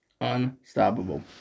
Unstoppable